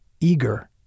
eager